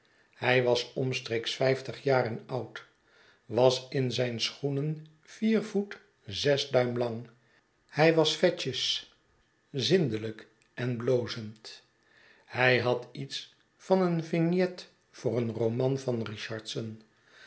hy was omstreeks vijftig jaren oud was in zijn schoenen vier voet zes duim lang hy was vetjes zindelijk en blozend hij had iets van een vignet voor een roman van richardson